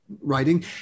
writing